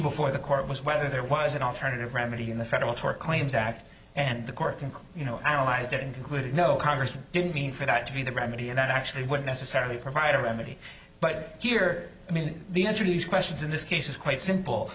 before the court was whether there was an alternative remedy in the federal tort claims act and the court can you know analyze that included no congressman didn't mean for that to be the remedy and that actually would necessarily provide a remedy but here i mean the answer to these questions in this case is quite simple